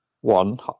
one